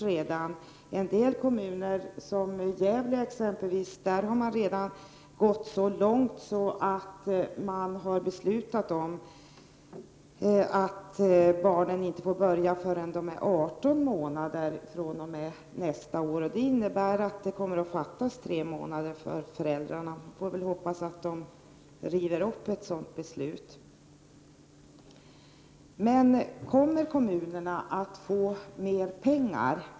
I en del kommuner, t.ex. i Gävle, har man redan gått så långt att man har fattat beslut om att barnen fr.o.m. nästa år inte får någon plats i barnomsorgen förrän de är 18 månader. Det innebär att det så att säga kommer att fattas tre månader för föräldrarna. Man får väl hoppas att kommunerna river upp ett sådant beslut. Jag undrar om kommunerna kommer att få mer pengar?